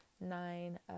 nine